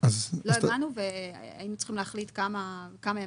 אחת הבקשות שהוועדה ביקשה להכניס היא שכאשר מדובר בעוסק